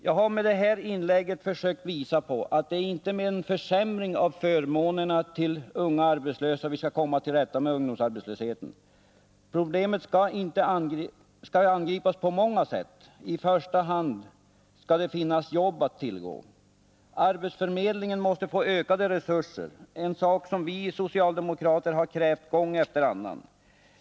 Jag har med detta inlägg försökt visa att det inte är genom en försämring av förmånerna till unga arbetslösa som vi skall komma till rätta med ungdomsarbetslösheten. Problemet skall angripas på många sätt. I första hand skall vi naturligtvis se till att det finns jobb att tillgå, men det är också viktigt att arbetsförmedlingen får ökade resurser, en sak som vi socialdemokrater har krävt gång efter annan.